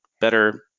better